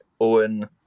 owen